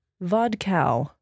vodka